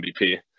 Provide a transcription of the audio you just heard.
MVP